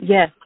Yes